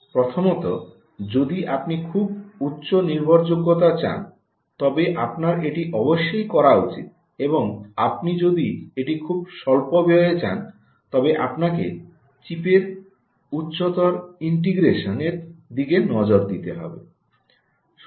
প্রথমত যদি আপনি খুব উচ্চ নির্ভরযোগ্যতা চান তবে আপনার এটি অবশ্যই করা উচিত এবং আপনি যদি এটি খুব স্বল্প ব্যয়ে চান তবে আপনাকে চিপের উচ্চতর ইন্টিগ্রেশন এর দিকে নজর দিতে হবে